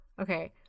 Okay